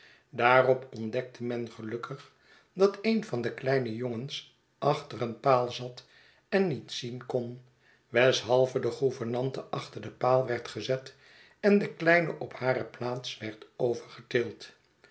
daarop ontdekte men gelukkig dat een van de kieine jongens achter een paal zat en niet zien kon weshalve de gouvernante achter den paal werd gezet en de kieine op hare plaats werd overgetild